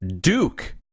Duke